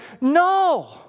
No